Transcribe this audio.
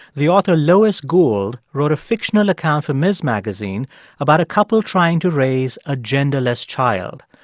the author lois gould wrote a fictional account for ms. magazine about a couple trying to raise a genderless child.